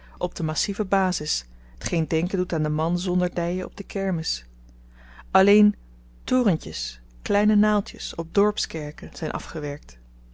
op de massieve bazis tgeen denken doet aan den man zonder dyen op de kermis alleen torentjes kleine naaldjes op dorpskerken zyn afgewerkt